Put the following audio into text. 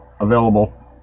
available